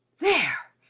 there!